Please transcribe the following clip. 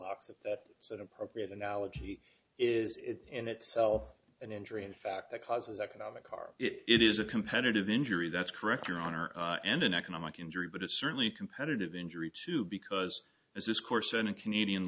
opposite that said appropriate analogy is it in itself an injury in fact that causes economic car it is a competitive injury that's correct your honor and an economic injury but it's certainly competitive injury too because this course in a canadian